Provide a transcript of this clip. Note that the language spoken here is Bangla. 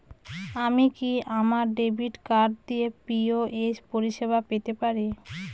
আমি কি আমার ডেবিট কার্ড দিয়ে পি.ও.এস পরিষেবা পেতে পারি?